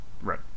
right